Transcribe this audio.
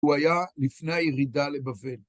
הוא היה לפני הירידה לבבל.